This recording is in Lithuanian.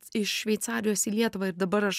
iš šveicarijos į lietuvą ir dabar aš